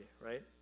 right